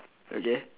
okay